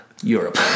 Europe